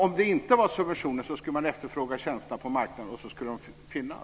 Om det inte var subventionerat så skulle de efterfråga tjänsterna på marknaden, och då skulle de finnas.